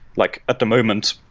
like at the moment,